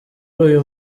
uyu